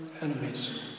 enemies